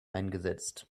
eingesetzt